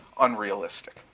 unrealistic